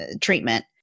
treatment